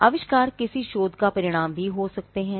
आविष्कार किसी शोध का परिणाम भी हो सकता है